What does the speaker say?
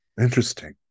interesting